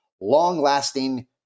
long-lasting